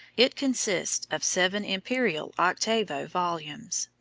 it consists of seven imperial octavo volumes.